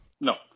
No